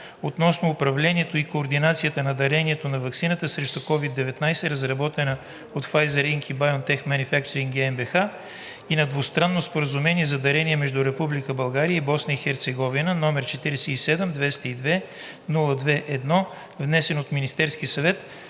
относно управлението и координацията на дарението на ваксина срещу COVID-19, разработена от Pfizer Inc. и BioNTech Manufacturing GmbH и на Двустранно споразумение за дарение между Република България и Босна и Херцеговина, № 47 202-02-1, внесен от Министерския съвет